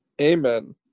Amen